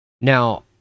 Now